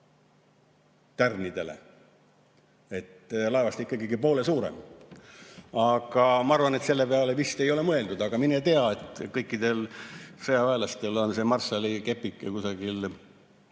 tärnidele, sest laevastik on ikkagi poole suurem. Ma arvan, et selle peale vist ei ole mõeldud, aga mine tea, sest kõikidel sõjaväelastel on see marssalikepike kusagil